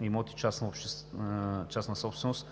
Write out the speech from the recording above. имоти – частна собственост,